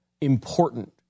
important